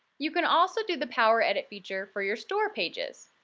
you can also do the power edit feature for your store pages.